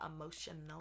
emotional